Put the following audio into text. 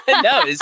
no